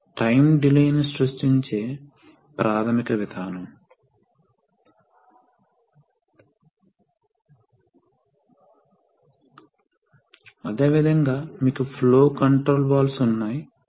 ఇప్పుడు ప్రెషర్ పరిమితులు సిస్టం సంభవించే ప్రెషర్ స్పష్టంగా ఈ రిలీఫ్ వాల్వ్ ద్వారా ఎంపిక చేయబడుతుంది మరియు ఈ రిలీఫ్ వాల్వ్ వాస్తవానికి ఉన్నాయి ఇది పైలట్ ఆపరేటెడ్ రిలీఫ్ వాల్వ్